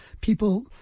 people